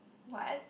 what